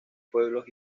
pueblos